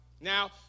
Now